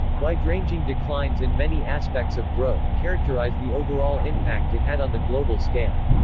wide-ranging declines in many aspects of growth characterize the overall impact it had on the global scale.